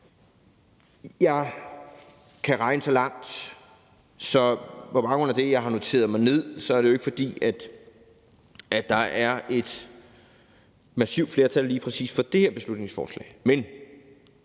Jeg kan regne så langt, at jeg på baggrund af det, jeg har skrevet ned, kan se, at det jo ikke er, fordi der er et massivt flertal for lige præcis det her beslutningsforslag. Men